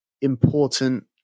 important